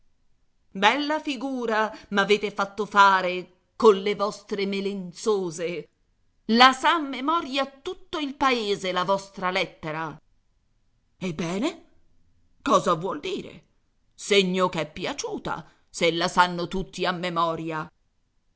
bella figura m'avete fatto fare colle vostre melenzose la sa a memoria tutto il paese la vostra lettera ebbene cosa vuol dire segno ch'è piaciuta se la sanno tutti a memoria